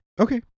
Okay